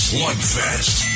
Slugfest